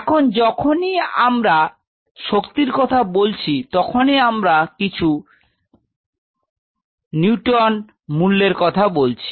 এখন যখনই আমরা আমরা শক্তির কথা বলছি তখনই আমরা কিছু নিউটন মূল্যের কথা বলছি